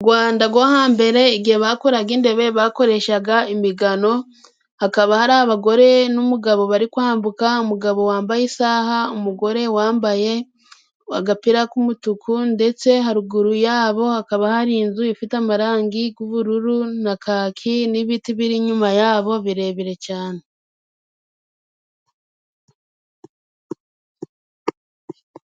U Rwanda rwo hambere, igihe bakoraga intebe bakoreshaga imigano. Hakaba hari abagore n'umugabo bari kwambuka, umugabo wambaye isaha, umugore wambaye agapira k'umutuku ndetse haruguru yabo, hakaba hari inzu ifite amarangi y'ubururu na kaki, n'ibiti biri inyuma yabo birebire cyane.